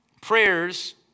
Prayers